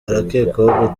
arakekwaho